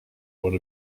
one